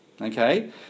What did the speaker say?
Okay